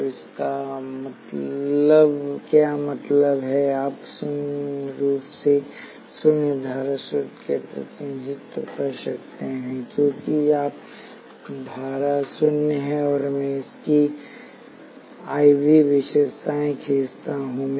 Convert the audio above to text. तो इसका क्या मतलब है आप समान रूप से शून्य धारा सोर्स के साथ प्रतिनिधित्व कर सकते हैं क्योंकि अगर धारा शून्य है और मैं इसकी IV विशेषताएँ खींचता हूँ